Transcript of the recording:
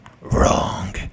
Wrong